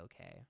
okay